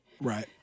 Right